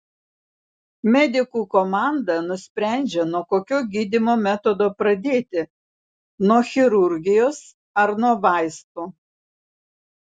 medikų komanda nusprendžia nuo kokio gydymo metodo pradėti nuo chirurgijos ar nuo vaistų